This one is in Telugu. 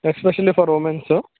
especially for women's